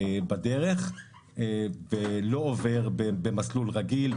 בדרך ולא עובר במסלול רגיל,